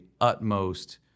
utmost